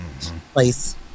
place